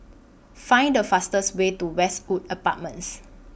Find The fastest Way to Westwood Apartments